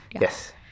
Yes